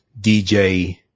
DJ